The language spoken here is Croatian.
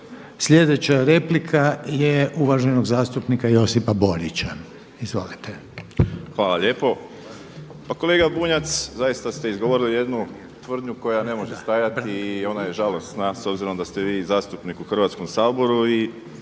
Sljedeća replika je uvaženog zastupnika Josipa Borića. Izvolite. **Borić, Josip (HDZ)** Hvala lijepo. Pa kolega Bunjac, zaista ste izgovorili jednu tvrdnju koja ne može stajati i ona je žalosna s obzirom da ste vi zastupnik u Hrvatskom saboru i